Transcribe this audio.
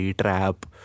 trap